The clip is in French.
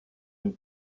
une